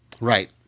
Right